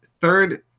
third